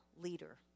leader